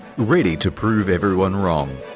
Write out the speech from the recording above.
ready to prove everyone wrong.